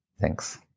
thanks